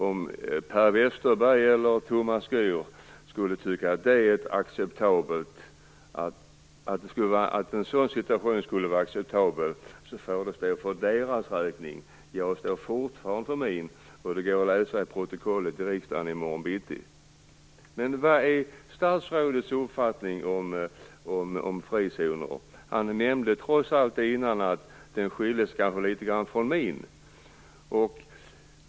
Om Per Westerberg eller Thomas Gür tycker att en sådan situation är acceptabel får det stå för dem. Jag står fortfarande för min åsikt. Det går att läsa i riksdagsprotokollet i morgon bitti. Men vilken är statsrådets uppfattning om frizoner? Han nämnde trots allt tidigare att den kanske skiljer sig litet grand från min.